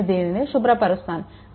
నేను దీనిని శుభ్రపరుస్తాను